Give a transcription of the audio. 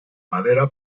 madera